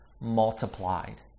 multiplied